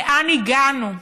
לאן הגענו?